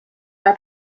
are